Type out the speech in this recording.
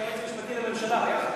היועץ המשפטי לממשלה.